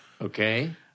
okay